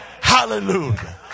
Hallelujah